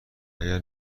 اگر